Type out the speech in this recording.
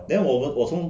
then 我我从